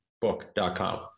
book.com